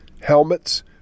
helmets